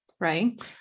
right